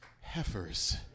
heifers